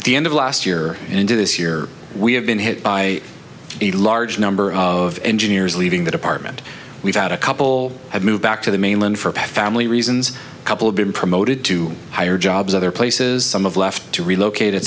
at the end of last year and into this year we have been hit by a large number of engineers leaving the department we've had a couple have moved back to the mainland for family reasons a couple of been promoted to higher jobs other places some of left to relocate et